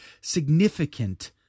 significant